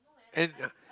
and